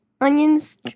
onions